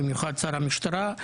במיוחד שר המשטרה,